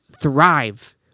thrive